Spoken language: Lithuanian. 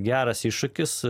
geras iššūkis